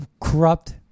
corrupt